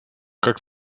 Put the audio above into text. как